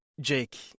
Jake